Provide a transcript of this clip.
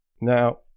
Now